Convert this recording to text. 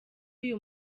uyu